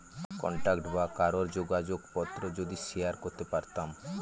contact বা কারোর যোগাযোগ পত্র যদি শেয়ার করতে পারতাম